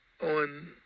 on